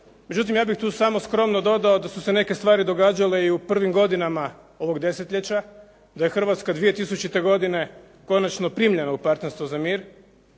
Međutim, ja bih tu samo skromno dodao da su se neke stvari događale i u prvim godinama ovog desetljeća. Da je Hrvatska 2000. godine konačno primljena u Partnerstvo za mir,